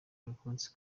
alphonse